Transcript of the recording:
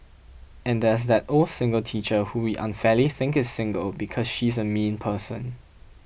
and there's that old single teacher who we unfairly think is single because she's a mean person